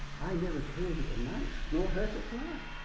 i never killed a mouse nor hurt a fly.